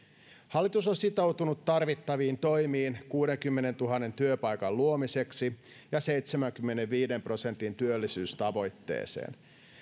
hallitus on sitoutunut tarvittaviin toimiin kuudenkymmenentuhannen työpaikan luomiseksi ja seitsemänkymmenenviiden prosentin työllisyystavoitteeseen